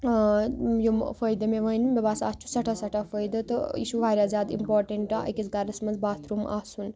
یِم فٲیدٕ مےٚ ؤنۍ مےٚ باسان اَتھ چھُ سٮ۪ٹھاہ سٮ۪ٹھاہ فٲیدٕ تہٕ یہِ چھُ واریاہ زیادٕ اِمپاٹَنٛٹ أکِس گَرَس منٛز باتھ روٗم آسُن